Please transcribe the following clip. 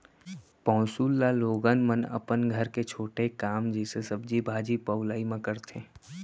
पौंसुल ल लोगन मन अपन घर के छोटे काम जइसे सब्जी भाजी पउलई म करथे